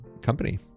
company